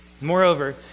Moreover